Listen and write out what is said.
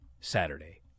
Saturday